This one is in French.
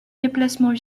déplacements